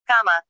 comma